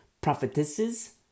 prophetesses